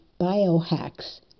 biohacks